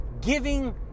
giving